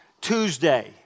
Tuesday